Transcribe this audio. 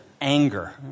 anger